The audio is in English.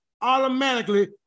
automatically